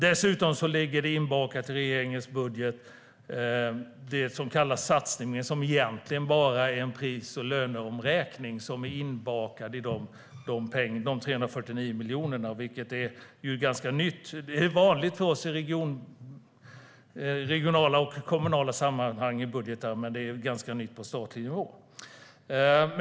Dessutom ligger i regeringens budget det som kallas satsning men som egentligen bara är en pris och löneomräkning som är inbakad i de 349 miljonerna. Det är ganska nytt. Det är vanligt i budgetar i regionala och kommunala sammanhang, men det är ganska nytt på statlig nivå.